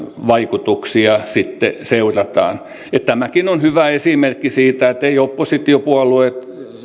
vaikutuksia seurataan tämäkin on hyvä esimerkki siitä että eivät oppositiopuolueet